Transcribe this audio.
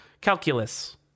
calculus